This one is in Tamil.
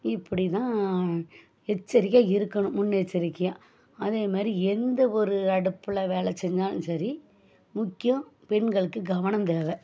இப்படி தான் எச்சரிக்கையாக இருக்கணும் முன்னெச்சரிக்கையாக அதேமாதிரி எந்த ஒரு அடுப்பில் வேலை செஞ்சாலும் சரி முக்கியோம் பெண்களுக்கு கவனம் தேவை